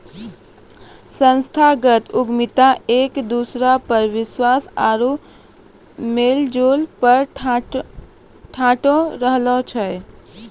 संस्थागत उद्यमिता एक दोसरा पर विश्वास आरु मेलजोल पर ठाढ़ो रहै छै